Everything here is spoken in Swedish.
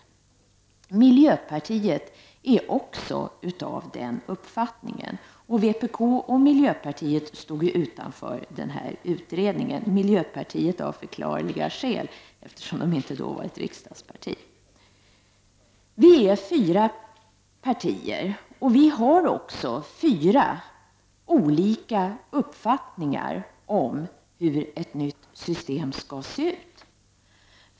Miljöpartiet är också av den uppfattningen. Vpk och miljöpartiet stod utanför utredningen, miljöpartiet av förklarliga skäl, eftersom det inte då var ett riksdagsparti. Vi är fyra partier och vi har också fyra varierande uppfattningar om hur ett nytt system skall se ut.